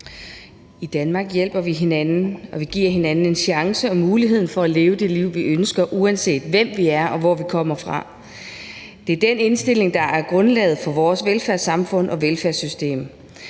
I Danmark hjælper vi hinanden, og vi giver hinanden en chance og muligheden for at leve det liv, vi ønsker, uanset hvem vi er og hvor vi kommer fra. Det er den indstilling, der er grundlaget for vores velfærdssamfund og velfærdssystem.